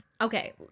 okay